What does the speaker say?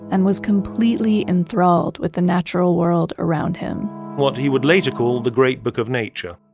and was completely enthralled with the natural world around him what he would later call, the great book of nature.